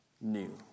new